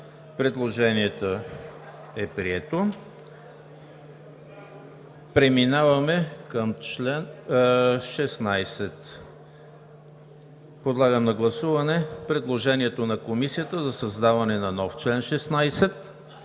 Предложението е прието. Преминаваме към чл. 16. Подлагам на гласуване предложението на Комисията за създаване на нов чл. 16